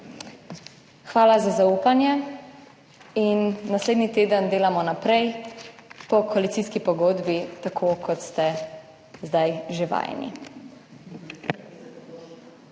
hvala za zaupanje in naslednji teden delamo naprej po koalicijski pogodbi, tako kot ste zdaj že vajeni.